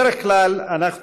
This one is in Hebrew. בדרך כלל אנחנו